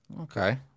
Okay